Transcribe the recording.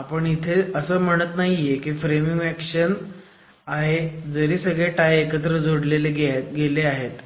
आपण इथे असं म्हणत नाहीये कि फ्रेमिंग एक्शन आहे जरी सगळे टाय एकत्र जोडले गेलेले आहेत